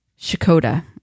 Shakota